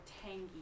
tangy